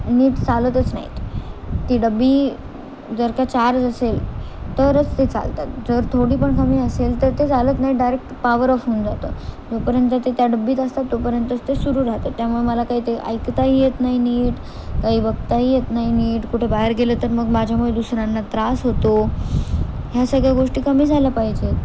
नीट चालतच नाहीत ती डबी जर का चार्ज असेल तरच ते चालतात जर थोडी पण कमी असेल तर ते चालत नाही डायरेक्ट पॉवर ऑफ होऊन जातं जोपर्यंत ते त्या डबीत असतात तोपर्यंतच ते सुरू राहतात त्यामुळे मला काही ते ऐकताही येत नाही नीट काही बघताही येत नाही नीट कुठं बाहेर गेलं तर मग माझ्यामुळे दुसऱ्यांना त्रास होतो ह्या सगळ्या गोष्टी कमी झाल्या पाहिजेत